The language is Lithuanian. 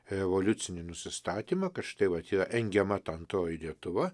revoliucinį nusistatymą kad štai vat yra engiama ta antroji lietuva